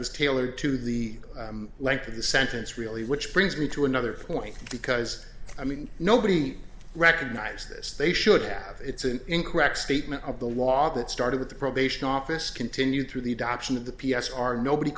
was tailored to the length of the sentence really which brings me to another point because i mean nobody recognized this they should have it's an incorrect statement of the law that started with the probation office continued through the adoption of the p s r nobody